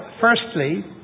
firstly